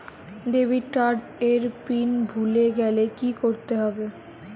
Debit card এর pin ভুলে গেলে কি করতে হবে?